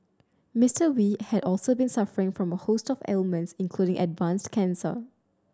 Mister Wee had also been suffering from a host of ailments including advanced cancer